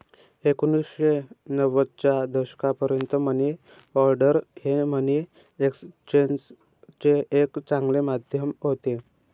एकोणीसशे नव्वदच्या दशकापर्यंत मनी ऑर्डर हे मनी एक्सचेंजचे एक चांगले माध्यम होते